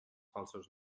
falsos